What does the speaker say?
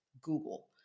Google